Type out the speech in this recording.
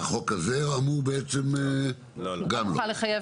והחוק הזה אמור בעצם --- לא נוכל לחייב